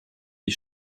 die